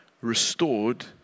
restored